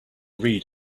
read